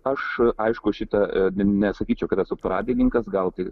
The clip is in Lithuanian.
aš aišku šitą nesakyčiau kad esu pradininkas gal tik